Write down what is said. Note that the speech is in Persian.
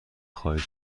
خواهید